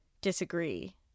disagree